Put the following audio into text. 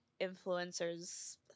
influencers